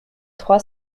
trois